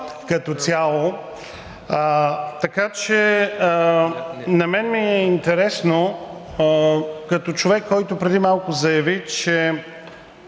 като цяло. Така че на мен ми е интересно като човек, който преди малко заяви, че